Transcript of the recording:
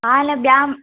अला ॿियामि